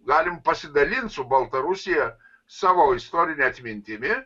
galim pasidalint su baltarusija savo istorine atmintimi